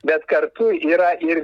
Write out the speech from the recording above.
bet kartu yra ir